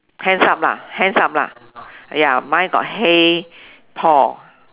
hands up lah hands up lah ya mine got hey Paul